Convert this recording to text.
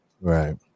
right